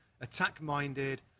attack-minded